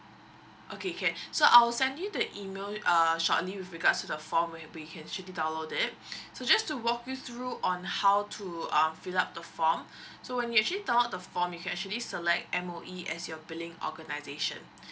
okay can so I'll send you the email you err shortly with regards the form where we can actually download it so just to walk you through on how to um fill up the form so when you actually download the form you can actually select M_O_E as your billing organisation